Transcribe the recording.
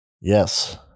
yes